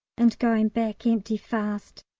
and going back empty fast,